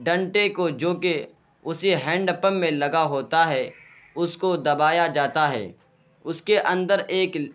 ڈنٹے کو جو کہ اسے ہینڈ پمپ میں لگا ہوتا ہے اس کو دبایا جاتا ہے اس کے اندر ایک